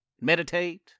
meditate